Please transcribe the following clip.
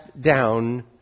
down